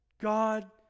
God